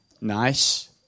nice